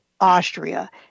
Austria